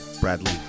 Bradley